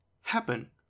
happen